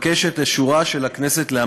תצביע על פיצול של יוליה.